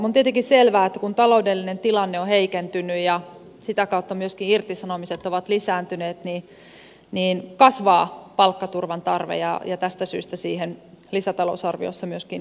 on tietenkin selvää että kun taloudellinen tilanne on heikentynyt ja sitä kautta myöskin irtisanomiset ovat lisääntyneet niin kasvaa palkkaturvan tarve ja tästä syystä siihen lisätalousarviossa myöskin vastaamme